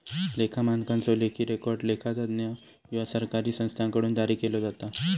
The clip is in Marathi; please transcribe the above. लेखा मानकांचो लेखी रेकॉर्ड लेखा तज्ञ किंवा सरकारी संस्थांकडुन जारी केलो जाता